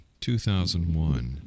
2001